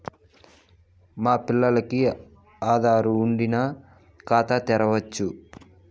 మా పిల్లగాల్లకి ఆదారు వుండిన ఖాతా తెరవచ్చు